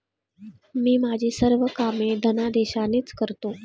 मी माझी सर्व कामे धनादेशानेच करतो